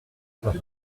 cent